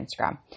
Instagram